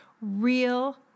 real